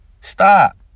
Stop